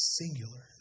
singular